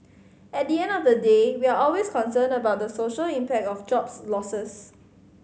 at the end of the day we're always concerned about the social impact of jobs losses